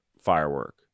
firework